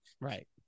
Right